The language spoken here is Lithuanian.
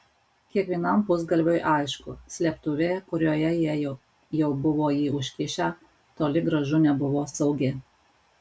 kiekvienam pusgalviui aišku slėptuvė kurioje jie jau buvo jį užkišę toli gražu nebuvo saugi